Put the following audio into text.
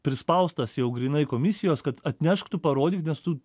prispaustas jau grynai komisijos kad atnešk tu parodyk nes tu